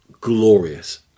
glorious